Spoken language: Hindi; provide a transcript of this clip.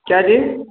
क्या जी